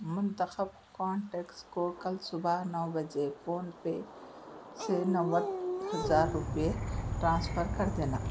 منتخب کانٹیکس کو کل صبح نو بجے فون پے سے نوے ہزار روپئے ٹرانسفر کر دینا